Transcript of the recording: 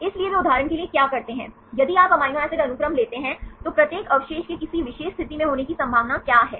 इसलिए वे उदाहरण के लिए क्या करते हैं यदि आप अमीनो एसिड अनुक्रम लेते हैं तो प्रत्येक अवशेष के किसी विशेष स्थिति में होने की संभावना क्या है